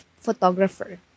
photographer